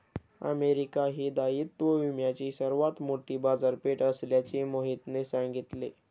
America ही दायित्व विम्याची सर्वात मोठी बाजारपेठ असल्याचे मोहितने सांगितले